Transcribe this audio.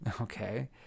okay